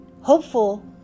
hopeful